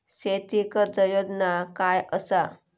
शेती कर्ज योजना काय असा?